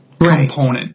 component